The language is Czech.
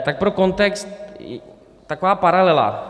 Tak pro kontext taková paralela.